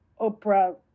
oprah